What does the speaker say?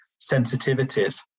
sensitivities